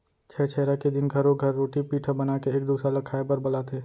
छेरछेरा के दिन घरो घर रोटी पिठा बनाके एक दूसर ल खाए बर बलाथे